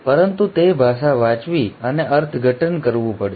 પરંતુ તે ભાષા વાંચવી અને અર્થઘટન કરવું પડશે